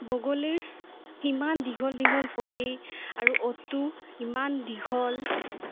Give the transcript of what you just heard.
বগলীৰ ইমান দীঘল দীঘল ভৰি আৰু ওঠটো ইমান দীঘল